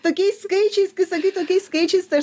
tokiais skaičiais kai sakai tokiais skaičiais tai aš